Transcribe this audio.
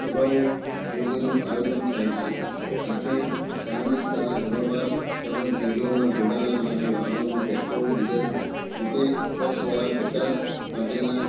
સભાઓ રેલીઓનું આયોજન થાય છે સાથે ચા નાસ્તાના જમણવાર તેમજ રેલીઓમાં જોડાવા માટે વાહનોમાં પેટ્રોલ ડીઝલ જે તે પક્ષ દ્વારા પ્રચાર માટેના